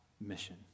mission